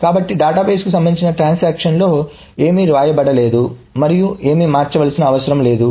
కాబట్టి డేటాబేస్కు సంబంధించిన ట్రాన్సాక్షన్ లో ఏమీ వ్రాయబడ లేదు మరియు ఏమీ మార్చాల్సిన అవసరం లేదు